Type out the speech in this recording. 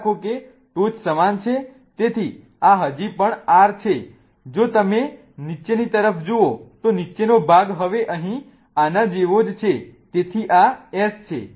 યાદ રાખો કે ટોચ સમાન છે તેથી આ હજી પણ R છે જો તમે નીચેની તરફ જુઓ તો નીચેનો ભાગ હવે અહીં આના જેવો જ છે તેથી આ S છે